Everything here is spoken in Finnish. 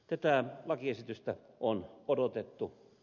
tätä lakiesitystä on odotettu